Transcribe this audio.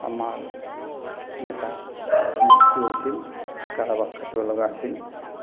আমাৰ নেতা মৃত্যু হৈছিল কাৰাবাস খাটিব লগা হৈছিল